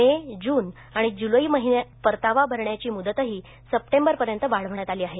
मे June आणि July महिन्याचा परतावा भरण्याची मूदतही सप्टेंबरपर्यंत वाढवण्यात आली आहे